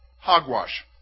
Hogwash